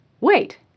Wait